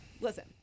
Listen